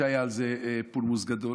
שהיה על זה פולמוס גדול.